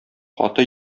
каты